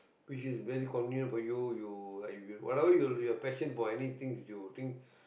which is very convenient for you you are whatever you passion for anything you think